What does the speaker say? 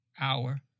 hour